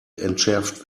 entschärft